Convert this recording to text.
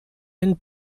einen